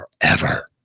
forever